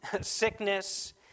sickness